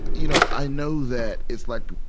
you know, i know that it's like,